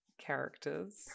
characters